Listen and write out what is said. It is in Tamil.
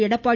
எடப்பாடி